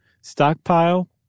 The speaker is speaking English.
stockpile